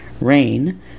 rain